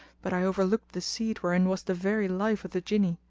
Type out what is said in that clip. but i overlooked the seed wherein was the very life of the jinni.